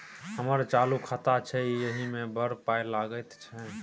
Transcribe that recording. हमर चालू खाता छै इ एहि मे बड़ पाय लगैत छै